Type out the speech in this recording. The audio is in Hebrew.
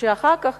ואחר כך